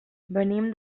venim